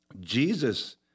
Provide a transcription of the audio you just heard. Jesus